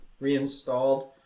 reinstalled